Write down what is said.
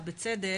ובצדק,